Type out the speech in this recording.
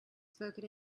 spoken